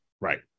Right